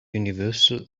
universal